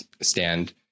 stand